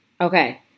Okay